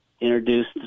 introduced